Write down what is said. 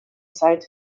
zeit